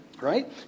right